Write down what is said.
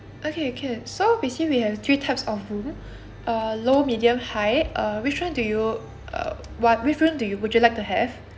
okay can so we see we have three types of room err low medium high err which one do you uh what which room do you would you like to have